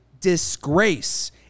disgrace